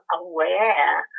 aware